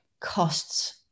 costs